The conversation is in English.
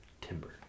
timber